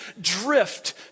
drift